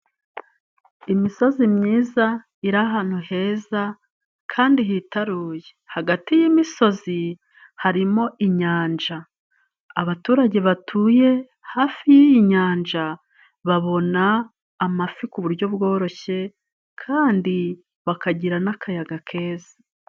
Imisozi myiza iri ahantu heza kandi hitaruye hagati y'imisozi harimo inyanja. Abaturage batuye hafi yiyi nyanja babona amafi ku buryo bworoshye kandi bakagira nakayaga keza.